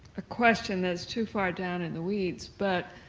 a question that's too far down in the weeds, but